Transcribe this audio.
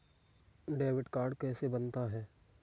Debit card कैसे बनता है?